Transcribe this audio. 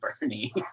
Bernie